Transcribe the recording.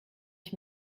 ich